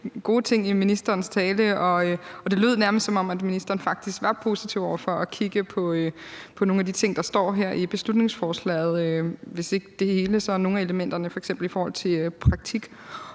gode ting i ministerens tale, og det lød nærmest, som om ministeren faktisk var positiv over for at kigge på nogle af de ting, der står her i beslutningsforslaget, hvis ikke det hele, så nogle af elementerne, f.eks. i forhold til praktikophold.